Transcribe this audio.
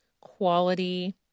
quality